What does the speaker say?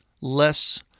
less